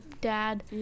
dad